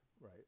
right